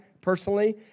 personally